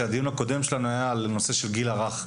שהדיון הקודם שלנו היה על נושא של הגיל הרך,